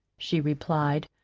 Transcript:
she replied,